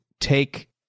take